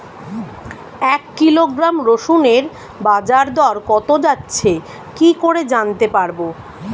এক কিলোগ্রাম রসুনের বাজার দর কত যাচ্ছে কি করে জানতে পারবো?